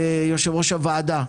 יושב-ראש הוועדה,